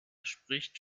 spricht